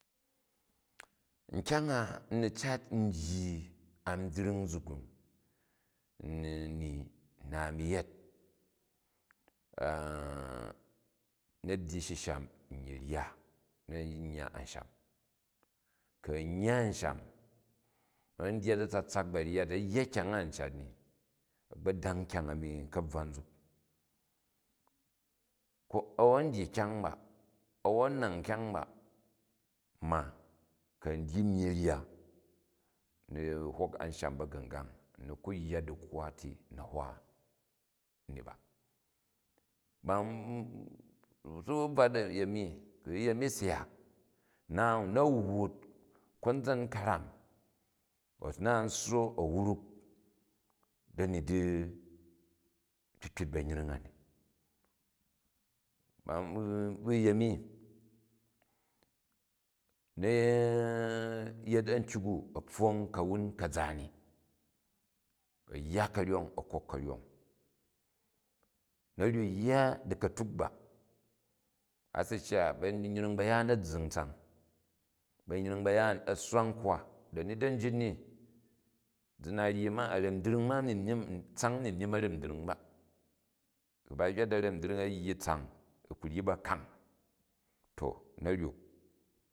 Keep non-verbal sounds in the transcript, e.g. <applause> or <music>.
Nkyong a n ni cat n dyi a byring nzuk u ni nna a̱mi yet <hesitation> na byyi shisham nyyi rya na̱ n yya ansham, ku a̱n yya ansham a̱n dyat a̱tsatsak ba̱ryat, a̱ yya kyang a u cat ni, a̱gbodang kyang a̱mi kabvwan nzik. An a̱n dyi vnjang ba, a̱n a̱n nang kyang ba ma ku a̱n elyi myyi rya, n ni hok ansham ba̱gu̱ngang, n ni ku yya dikira ti na̱ hwa ni ba. Si wu bvat a̱yemi, ku nyemi syak non na wwut konzan ka̱ram ku̱ a̱ na n sso a̱ wruk dani di kpikpit ba̱nyring a ni. Ban bu nyem, na̱ yet a̱ntyok a, a pfong ka̱wun ka̱za ni, a̱ yya ka̱ryong a̱ kok ka̱ryong. Na ryok yya dika̱tuk ba, a si shya ba̱nyring ba̱yaan, a̱zzing tsang, ba̱nyring bayaan, a sswa nkwa. Dani da̱ njit ni zi na ryi ma, a̱ra̱mbyring ma a̱miji myim tsang myimyim arambyring ba, ku ba hywa di a̱ra̱mbyring a yyi tsang ku ryi bakang to na̱ ryok.